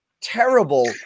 terrible